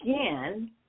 again